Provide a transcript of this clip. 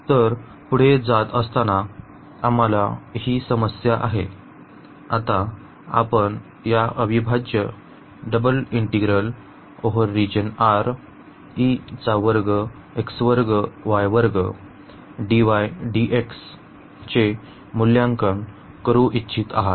तर पुढे जात असताना आम्हाला ही समस्या आहे आता आपण या अविभाज्य चे मूल्यांकन करू इच्छित आहात